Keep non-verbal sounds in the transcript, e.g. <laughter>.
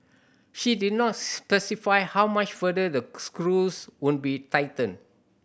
she did not specify how much further the <unintelligible> screws would be tightened